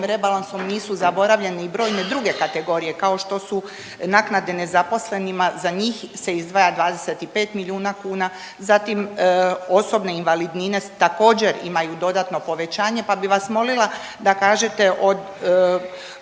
rebalansom nisu zaboravljene i brojne druge kategorije kao što su naknade nezaposlenima, za njih se izdvaja 25 milijuna kuna. Zatim osobne invalidnine također imaju dodatno povećanje, pa bih vas molila da kažete što